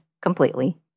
completely